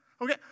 Okay